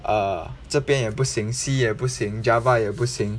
err 这边也不行 C 也不行 java 也不行